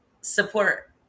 support